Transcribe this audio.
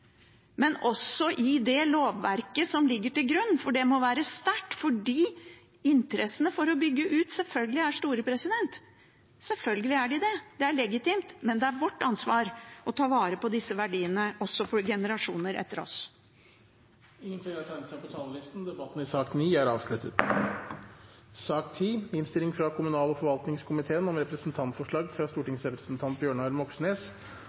men også i det lovverket som ligger til grunn. Det må være sterkt fordi interessene for å bygge ut er store. Selvfølgelig er de det, og det er legitimt, men det er vårt ansvar å ta vare på disse verdiene også for generasjonene etter oss. Flere har ikke bedt om ordet til sak nr. 9. Etter ønske fra kommunal- og forvaltningskomiteen